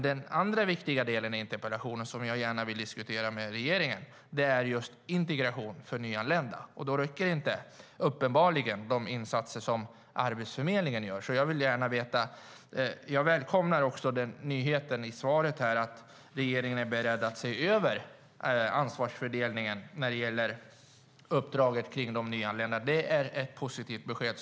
Den andra viktiga delen i interpellationen som jag gärna vill diskutera med regeringen är dock integration för nyanlända. Uppenbarligen räcker inte de insatser som Arbetsförmedlingen gör. Jag välkomnar nyheten i svaret att regeringen är beredd att se över ansvarsfördelningen när det gäller de nyanlända. Det är ett positivt besked.